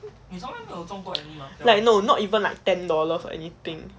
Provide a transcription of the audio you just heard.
no not like even at ten dollars or anything